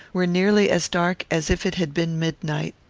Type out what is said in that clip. were nearly as dark as if it had been midnight.